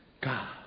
God